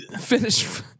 finish